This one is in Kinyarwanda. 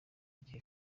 gihe